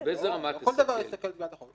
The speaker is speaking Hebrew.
לא כל דבר יסכל את גביית החוב.